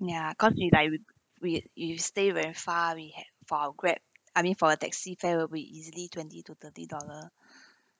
ya cause we like we we stay very far we had for our Grab I mean for a taxi fare will be easily twenty to thirty dollar